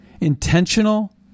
intentional